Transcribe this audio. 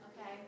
okay